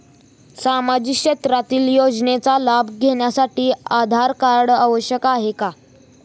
सामाजिक क्षेत्रातील योजनांचा लाभ घेण्यासाठी आधार कार्ड आवश्यक आहे का?